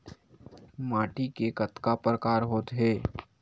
माटी के कतका प्रकार होथे?